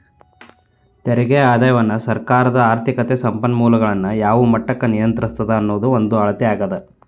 ತೆರಿಗೆ ಆದಾಯವನ್ನ ಸರ್ಕಾರ ಆರ್ಥಿಕತೆ ಸಂಪನ್ಮೂಲಗಳನ್ನ ಯಾವ ಮಟ್ಟಕ್ಕ ನಿಯಂತ್ರಿಸ್ತದ ಅನ್ನೋದ್ರ ಒಂದ ಅಳತೆ ಆಗ್ಯಾದ